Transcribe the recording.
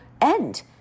end